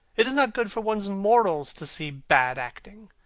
it is not good for one's morals to see bad acting.